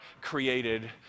created